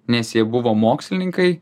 nes jie buvo mokslininkai